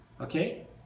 Okay